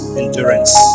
endurance